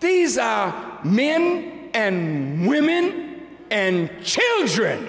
these are men and women and children